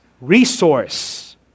resource